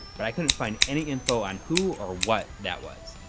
but i couldn't find any info on who or what that was.